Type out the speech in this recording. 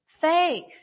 faith